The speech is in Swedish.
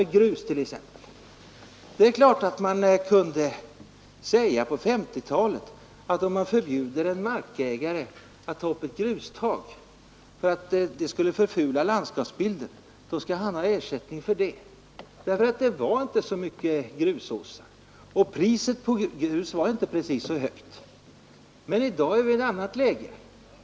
På 1950-talet kunde man säga att om man förbjuder en markägare att ta upp ett grustag för att det skulle förfula landskapsbilden, då skall han ha ersättning för det. Det fanns inte så mycket grustag, och priset på grus var inte så högt. I dag är vi i ett annat läge.